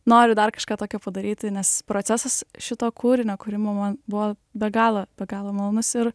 noriu dar kažką tokio padaryti nes procesas šito kūrinio kūrimo man buvo be galo be galo malonus ir